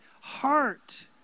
heart